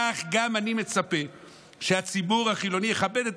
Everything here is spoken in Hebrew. כך גם אני מצפה שהציבור החילוני יכבד את